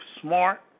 Smart